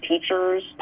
teachers